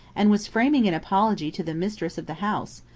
and was framing an apology to the mistress of the house,